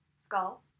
skull